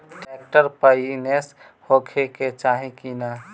Tractor पाईनेस होखे के चाही कि ना?